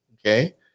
okay